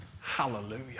Hallelujah